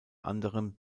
anderem